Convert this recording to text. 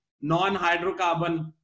non-hydrocarbon